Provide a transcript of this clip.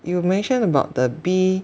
you mentioned about the bee